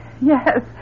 Yes